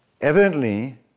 Evidently